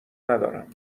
ندارم